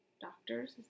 doctors